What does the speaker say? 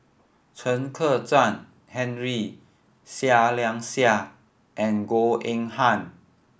Chen Kezhan Henri Seah Liang Seah and Goh Eng Han